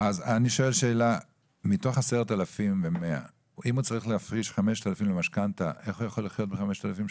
הפרמיה שלו תגיע ל-3,000 שקלים לחודש,